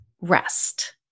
rest